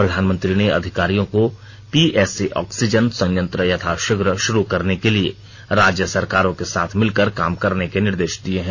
प्रधानमंत्री ने अधिकारियों को पीएसए ऑक्सीजन संयंत्र यथाशीघ्र शुरु करने के लिए राज्य सरकारों के साथ मिलकर काम करने के निर्देश दिए हैं